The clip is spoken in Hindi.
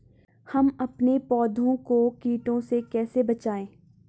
हम अपने पौधों को कीटों से कैसे बचाएं?